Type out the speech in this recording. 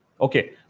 okay